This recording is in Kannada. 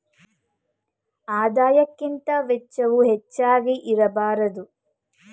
ಆದಾಯಕ್ಕಿಂತ ವೆಚ್ಚವು ಹೆಚ್ಚಾಗಿ ಇರಬಾರದು